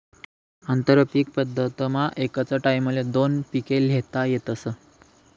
आंतरपीक पद्धतमा एकच टाईमले दोन पिके ल्हेता येतस